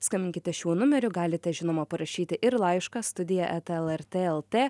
skambinkite šiuo numeriu galite žinoma parašyti ir laišką studija eta elertlt